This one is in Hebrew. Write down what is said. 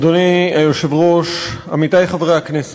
אדוני היושב-ראש, עמיתי חברי הכנסת,